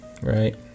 right